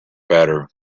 better